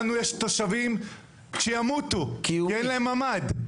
לנו יש תושבים שימותו כי אין להם ממ"ד,